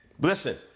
listen